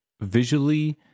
visually